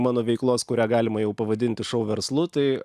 mano veiklos kurią galima jau pavadinti šou verslu tai